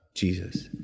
Jesus